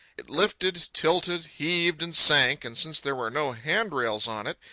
it lifted, tilted, heaved and sank and since there were no handrails on it,